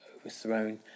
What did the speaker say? overthrown